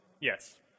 Yes